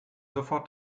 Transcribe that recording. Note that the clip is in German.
sofort